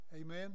Amen